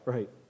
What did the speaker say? Right